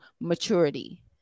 maturity